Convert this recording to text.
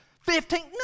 Fifteen